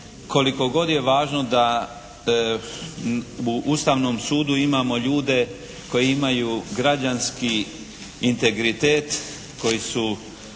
koliko god je važno da u Ustavnom sudu imamo ljude koji imaju građanski integritet, koji su